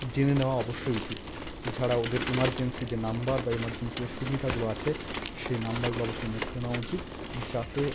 জেনে নেওয়া অবশ্যই উচিত এছাড়া ওদের ইমার্জেন্সি যে নাম্বার বা ইমার্জেন্সি যে সুবিধাগুলো আছে সেই নাম্বারগুলো অবশ্যই নোট করে নেওয়া উচিত যাতে